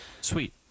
Sweet